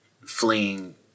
fleeing